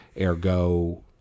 Ergo